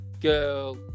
girl